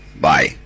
Bye